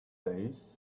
days